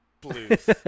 blues